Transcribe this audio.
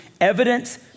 evidence